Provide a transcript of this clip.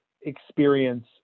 experience